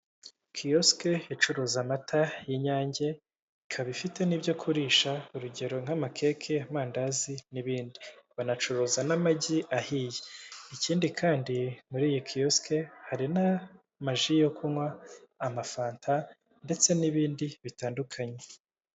Kiyosike icuruza amata y'inyange, ikaba ifite n'ibyo kurisha urugero nk'amakeke, amandazi n'ibindi, banacuruza n'amagi ahiye, ikindi kandi muri iyi kiyosiki hari n'amaji yo kunywa, amafanta ndetse n'ibindi bitandukanye.